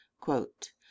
Quote